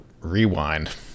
Rewind